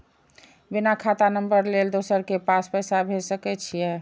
बिना खाता नंबर लेल दोसर के पास पैसा भेज सके छीए?